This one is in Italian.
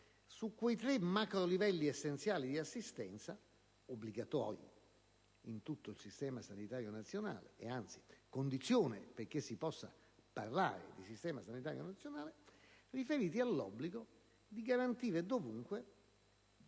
su quei tre macrolivelli essenziali di assistenza obbligatoria in tutto il sistema sanitario nazionale e, anzi, condizione perché si possa parlare di sistema sanitario nazionale, riferiti all'obbligo di garantire ovunque